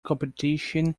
competition